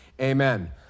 amen